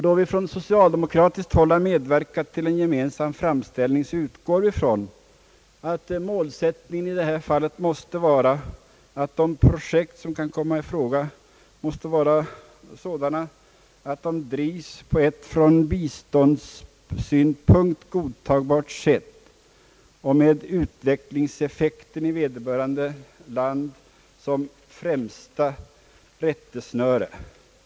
Då vi från socialdemokratiskt håll har deltagit i en gemensam framställning, utgår vi från att målsättningen i detta fall måste vara att de projekt som kan komma i fråga är sådana att de drivs på ett från biståndssynpunkt godtagbart sätt och med utvecklingseffekten i vederbörande land som främsta rättesnöre.